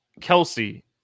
Kelsey